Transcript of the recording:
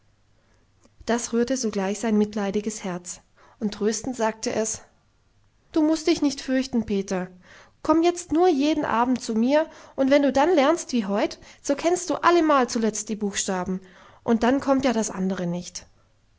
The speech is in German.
das rührte sogleich sein mitleidiges herz und tröstend sagte es du mußt dich nicht fürchten peter komm du jetzt nur jeden abend zu mir und wenn du dann lernst wie heut so kennst du allemal zuletzt die buchstaben und dann kommt ja das andere nicht